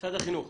משרד החינוך,